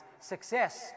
success